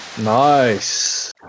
Nice